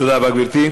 תודה רבה, גברתי.